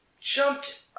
jumped